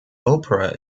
opera